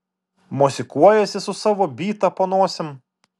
mosikuojasi su savo byta po nosim